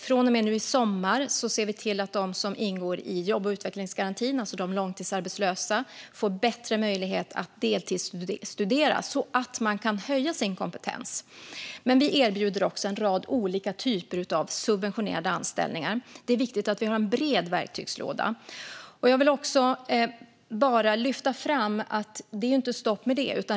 Från och med nu i sommar ser vi till att de som ingår i jobb och utvecklingsgarantin, de långtidsarbetslösa, får bättre möjlighet att deltidsstudera så att de kan höja sin kompetens. Men vi erbjuder också en rad olika typer av subventionerade anställningar. Det är viktigt att vi har en bred verktygslåda. Jag vill också lyfta fram att det inte är stopp med det.